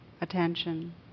attention